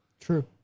True